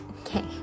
Okay